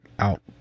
Out